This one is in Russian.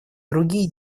другие